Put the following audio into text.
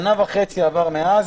שנה וחצי עברה מאז.